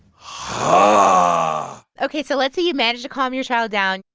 um ahh ok. so let's say you managed to calm your child down.